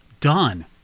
done